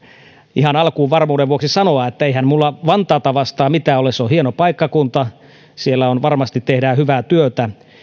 ihan alkuun varmuuden vuoksi sanoa että eihän minulla vantaata vastaan mitään ole se on hieno paikkaunta siellä varmasti tehdään hyvää työtä